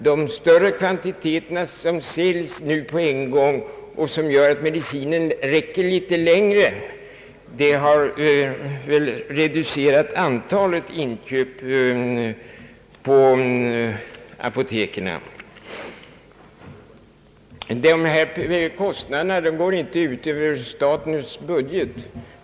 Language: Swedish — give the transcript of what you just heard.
De större kvantiteter som nu säljs på en gång och som gör att medicinen räcker litet längre har väl reducerat antalet inköp på apoteken. Den kostnad det här gäller går inte ut över statens budget.